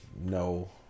no